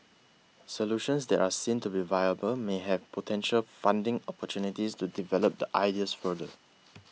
solutions that are seen to be viable may have potential funding opportunities to develop the ideas further